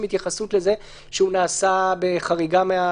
התייחסות לזה שהוא נעשה בחריגה,